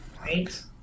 Right